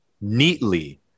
neatly